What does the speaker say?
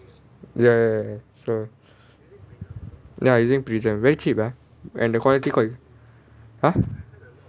ya ya ya so ya I using Prism very cheap ah and the quality quite !huh!